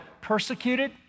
persecuted